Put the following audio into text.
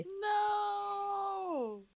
No